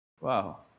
Wow